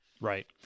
Right